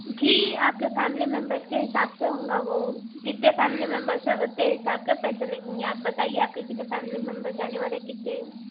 جی آپ کے family members کے حساب سے ہوں گا وہ جتنے فیملی ممبرس ہے اتنے حساب کے پیسے لگیں گے آپ بتائیے آپ کے کتنے فیملی ممبرس جانے والے ہے کتنے